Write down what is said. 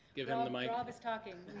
give him the mic. rob is talking.